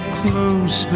close